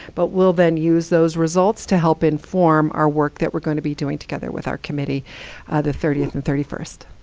but we'll then use those results to help inform our work that we're going to be doing together with our committee the thirtieth and thirty first.